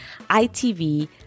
ITV